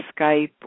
Skype